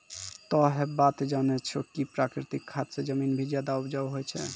तोह है बात जानै छौ कि प्राकृतिक खाद स जमीन भी ज्यादा उपजाऊ होय छै